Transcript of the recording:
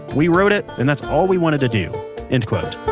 we wrote it, and that's all we wanted to do end quote